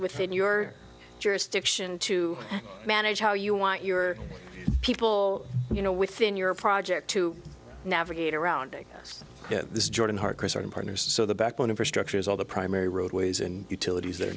within your jurisdiction to manage how you want your people you know within your project to navigate around this jordan hard core sort of partner so the backbone infrastructure is all the primary roadways and utilities